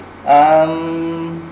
um